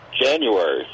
January